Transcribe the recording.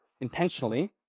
intentionally